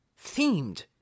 themed